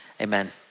amen